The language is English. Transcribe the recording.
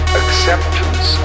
acceptance